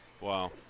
Wow